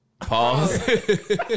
Pause